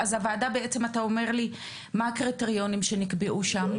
בעצם אתה אומר לי שהיו הקריטריונים שנקבעו שם?